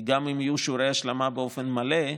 כי גם אם יהיו שיעורי השלמה באופן מלא,